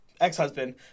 ex-husband